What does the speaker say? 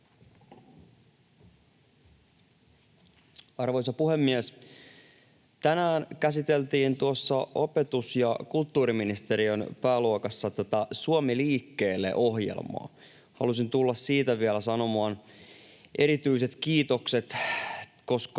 Arvoisa puhemies! Tänään käsiteltiin tuossa opetus- ja kulttuuriministeriön pääluokassa tätä Suomi liikkeelle ‑ohjelmaa. Halusin tulla siitä vielä sanomaan erityiset kiitokset, koska